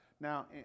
Now